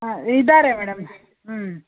ಹಾಂ ಇದ್ದಾರೆ ಮೇಡಮ್ ಹ್ಞೂ